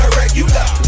regular